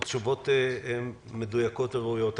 נתת תשובות מדויקות וראויות.